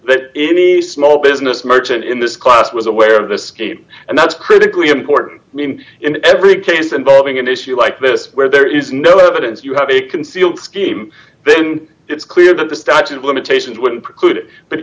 that any small business merchant in this class was aware of the scheme and that's critically important i mean in every case involving an issue like this where there is no evidence you have a concealed scheme then it's clear that the statute of limitations wouldn't preclude